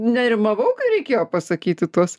nerimavau ką reikėjo pasakyti tuos